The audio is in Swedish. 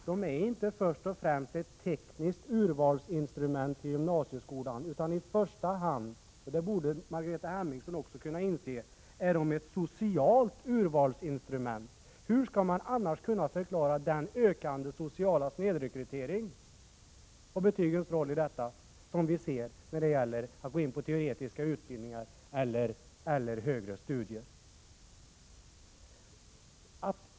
De är inte först och främst ett tekniskt instrument för urval till gymnasieskolan, utan de är i första hand — vilket Margareta Hemmingsson också borde kunna inse — ett socialt urvalsinstrument. Hur skall man annars kunna förklara betygens roll i den ökande sociala snedrekrytering som vi ser i fråga om teoretiska utbildningar och högre studier?